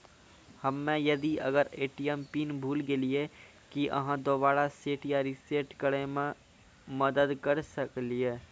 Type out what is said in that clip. हम्मे यदि अपन ए.टी.एम पिन भूल गलियै, की आहाँ दोबारा सेट या रिसेट करैमे मदद करऽ सकलियै?